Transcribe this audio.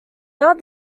now